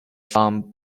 from